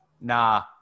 Nah